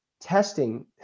testing